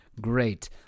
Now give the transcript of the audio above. great